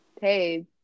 Hey